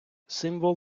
символ